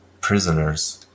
prisoners